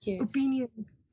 opinions